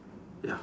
ya